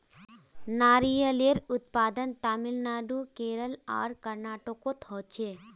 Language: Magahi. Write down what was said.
नारियलेर उत्पादन तामिलनाडू केरल आर कर्नाटकोत होछे